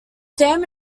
dam